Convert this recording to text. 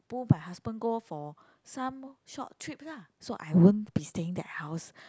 pull my husband go for some short trips ah so I won't be staying that house